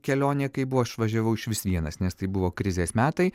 kelionė kai buvo aš važiavau išvis vienas nes tai buvo krizės metai